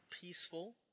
peaceful